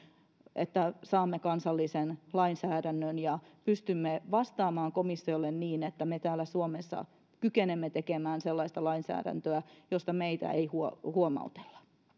että saamme kansallisen lainsäädännön ja pystymme vastaamaan komissiolle niin että me täällä suomessa kykenemme tekemään sellaista lainsäädäntöä josta meitä ei huomautella